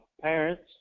parents